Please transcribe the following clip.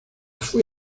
fue